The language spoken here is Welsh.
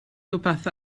rhywbeth